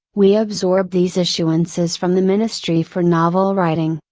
we absorb these issuances from the ministry for novel writing,